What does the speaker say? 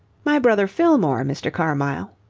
my brother fillmore, mr. carmyle.